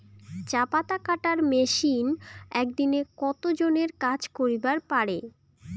চা পাতা কাটার মেশিন এক দিনে কতজন এর কাজ করিবার পারে?